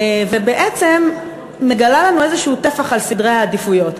ובעצם מגלה לנו איזשהו טפח על סדרי העדיפויות.